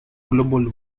global